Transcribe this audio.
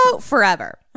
forever